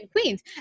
queens